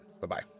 Bye-bye